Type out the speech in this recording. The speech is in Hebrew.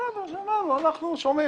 בסדר, שנה, אנחנו שומעים.